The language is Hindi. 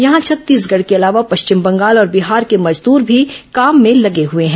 यहां छत्तीसगढ़ के अलावा पश्चिम बंगाल और बिहार के मजदूर भी काम में लगे हुए हैं